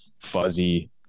fuzzy